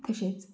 तशेंच